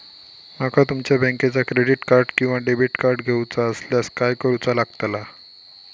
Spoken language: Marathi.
माका तुमच्या बँकेचा क्रेडिट कार्ड किंवा डेबिट कार्ड घेऊचा असल्यास काय करूचा लागताला?